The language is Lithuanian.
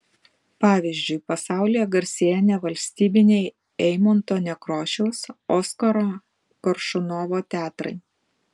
pavyzdžiui pasaulyje garsėja nevalstybiniai eimunto nekrošiaus oskaro koršunovo teatrai